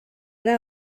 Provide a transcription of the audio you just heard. era